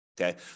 Okay